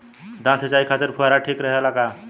धान सिंचाई खातिर फुहारा ठीक रहे ला का?